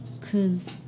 Cause